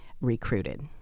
recruited